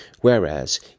Whereas